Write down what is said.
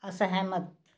असहमत